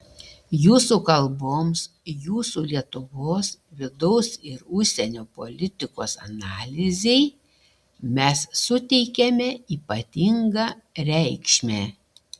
jūsų kalboms jūsų lietuvos vidaus ir užsienio politikos analizei mes suteikiame ypatingą reikšmę